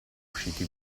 usciti